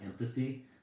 empathy